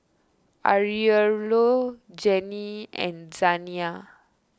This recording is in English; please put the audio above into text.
Aurelio Jennie and Zaniyah